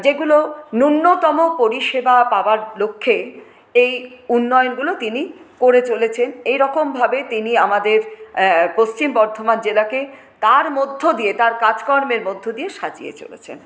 যেগুলো ন্যূনতম পরিষেবা পাওয়ার লক্ষ্যে এই উন্নয়নগুলো তিনি করে চলেছেন এইরকমভাবে তিনি আমাদের পশ্চিম বর্ধমান জেলাকে তার মধ্য দিয়ে তার কাজকর্মের মধ্য দিয়ে সাজিয়ে চলেছেন